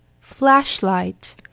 Flashlight